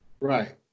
Right